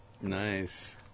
Nice